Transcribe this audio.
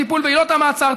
טיפול בעילות המעצר,